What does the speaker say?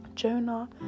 Jonah